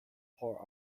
for